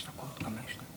כבוד